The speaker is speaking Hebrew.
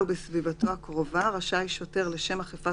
סמכויות שוטר באכיפת